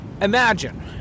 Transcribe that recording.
Imagine